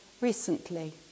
recently